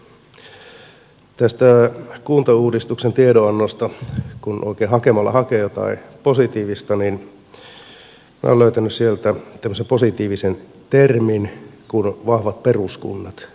kun tästä kuntauudistuksen tiedonannosta oikein hakemalla hakee jotain positiivista niin minä olen löytänyt sieltä tämmöisen positiivisen termin kuin vahvat peruskunnat